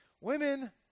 women